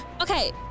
Okay